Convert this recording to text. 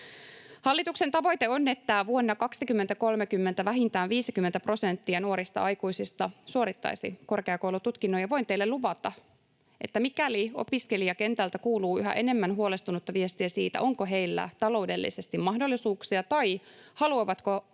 Hallituksen tavoite on, että vuonna 2030 vähintään 50 prosenttia nuorista aikuisista suorittaisi korkeakoulututkinnon, ja voin teille luvata, että mikäli opiskelijakentältä kuuluu yhä enemmän huolestunutta viestiä siitä, onko heillä taloudellisesti mahdollisuuksia tai haluavatko